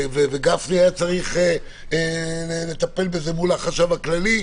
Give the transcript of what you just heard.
וגפני היה צריך לטפל בזה מול החשב הכללי,